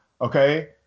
Okay